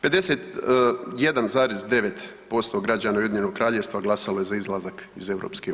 51,9% građana Ujedinjenog Kraljevstva glasalo je za izlazak iz EU.